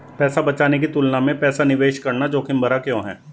पैसा बचाने की तुलना में पैसा निवेश करना जोखिम भरा क्यों है?